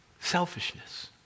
Selfishness